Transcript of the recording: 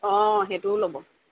অঁ সেইটোও ল'ব